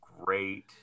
great